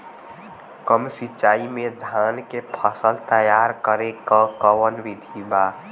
कम सिचाई में धान के फसल तैयार करे क कवन बिधि बा?